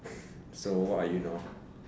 so what are you now